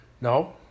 No